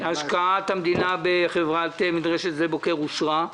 השקעת המדינה בחברת שדה בוקר אושרה.